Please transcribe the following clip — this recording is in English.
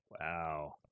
Wow